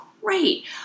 great